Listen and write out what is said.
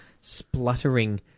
spluttering